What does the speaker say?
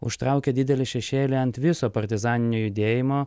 užtraukė didelį šešėlį ant viso partizaninio judėjimo